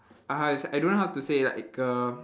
uh how to sa~ I don't know how to say like a